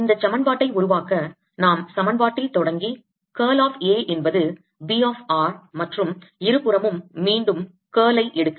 இந்தச் சமன்பாட்டை உருவாக்க நாம் சமன்பாட்டில் தொடங்கி curl of A என்பது B of r மற்றும் இருபுறமும் மீண்டும் curl ஐ சுருளை எடுக்கிறோம்